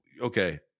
okay